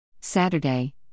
Saturday